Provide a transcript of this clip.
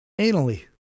anally